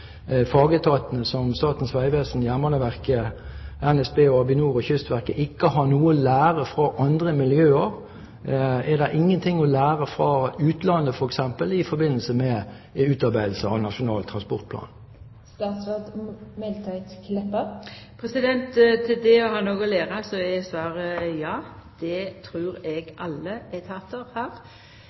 fagetatene som Statens vegvesen, Jernbaneverket, NSB, Avinor og Kystverket ikke har noe å lære fra andre miljøer? Er det ingen ting å lære fra utlandet f.eks. i forbindelse med utarbeidelse av Nasjonal transportplan? Til det å ha noko å læra, er svaret ja. Det trur eg alle